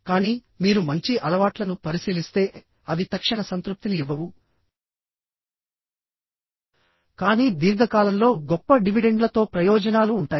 కానీ మీరు మంచి అలవాట్లను పరిశీలిస్తే అవి తక్షణ సంతృప్తిని ఇవ్వవుకానీ దీర్ఘకాలంలో గొప్ప డివిడెండ్లతో ప్రయోజనాలు ఉంటాయి